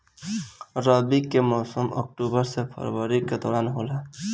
रबी के मौसम अक्टूबर से फरवरी के दौरान होला